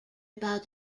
about